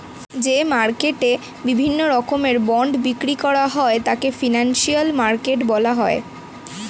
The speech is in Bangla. যে মার্কেটে বিভিন্ন রকমের বন্ড বিক্রি করা হয় তাকে ফিনান্সিয়াল মার্কেট বলা হয়